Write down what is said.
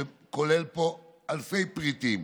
שכולל אלפי פריטים,